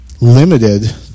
limited